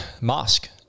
mosque